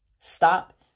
Stop